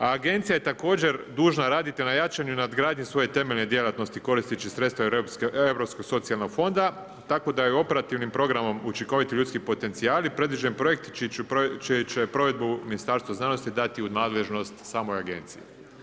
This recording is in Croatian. Agencija je također dužna raditi na jačanju i nadgradnji svoje temeljene djelatnosti koristeći sredstva Europskog socijalnog fonda, tako da je operativnim programom učinkoviti ljudski potencijali predviđen projekt čiju će provedbu Ministarstvo znanosti dati u nadležnost samoj agenciji.